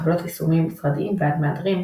מחבילות ישומיים משרדיים עד מהדרים,